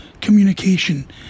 communication